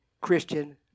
Christian